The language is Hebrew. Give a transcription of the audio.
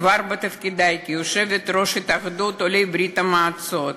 כבר בתפקידי כיושבת-ראש התאחדות עולי ברית-המועצות,